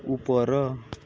ଉପର